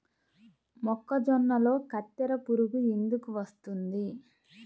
మొక్కజొన్నలో కత్తెర పురుగు ఎందుకు వస్తుంది?